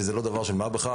וזה לא דבר של מה בכך.